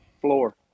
floor